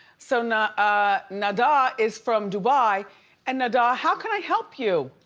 so nada ah nada is from dubai and nada, how can i help you?